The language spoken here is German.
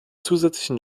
zusätzlichen